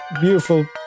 beautiful